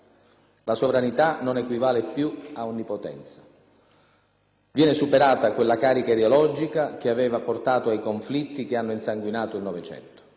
La sovranità non equivale più a onnipotenza. Viene superata quella carica ideologica che aveva portato ai conflitti che hanno insanguinato il Novecento.